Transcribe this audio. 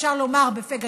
אפשר לומר בפה גדול: